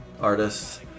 artists